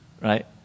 right